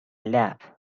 lap